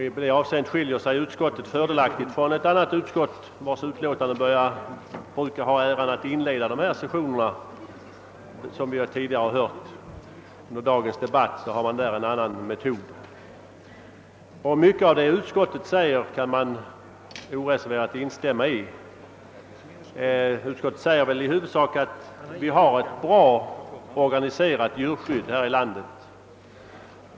I det avseendet skiljer utskottet sig fördelaktigt från ett annat utskott, vars utlåtanden brukar ha äran att inleda våra sammanträden. Som vi hört tidigare under dagens debatt tillämpar det utskottet en annan metod. Mycket av vad tredje lagutskottet här anför kan man oreserverat instämma i. Utskottet anser i huvudsak att vi har ett väl organiserat djurskydd här i landet.